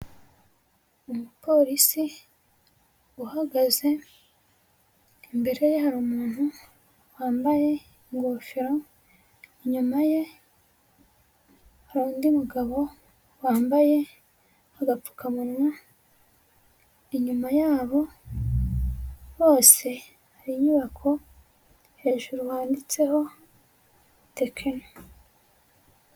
Umupolisi uhagaze imbere ye hari umuntu wambaye ingofero, inyuma ye hari undi mugabo wambaye agapfukamunwa, inyuma yabo bose hari inyubako hejuru handitseho Tekino.